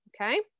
Okay